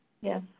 Yes